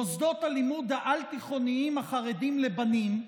מוסדות הלימוד העל-תיכוניים החרדיים לבנים,